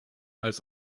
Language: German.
als